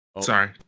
sorry